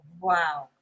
Wow